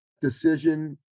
decision